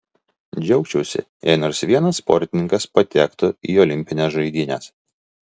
džiaugčiausi jei nors vienas sportininkas patektų į olimpines žaidynes